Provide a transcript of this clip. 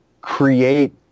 create